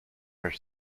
are